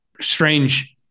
strange